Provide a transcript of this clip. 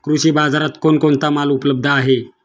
कृषी बाजारात कोण कोणता माल उपलब्ध आहे?